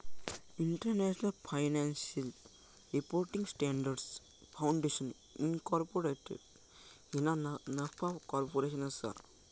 international financial reporting standards foundation incorporated ही ना नफा कॉर्पोरेशन असा